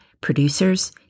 Producers